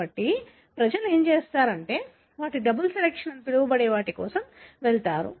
కాబట్టి ప్రజలు ఏమి చేస్తారు అంటే వారు డబుల్ సెలెక్షన్ అని పిలవబడే వాటి కోసం వెళ్తారు